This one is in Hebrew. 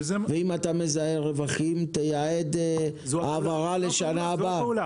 ואם אתה מזהה רווחים תייעד העברה לשנה הבאה?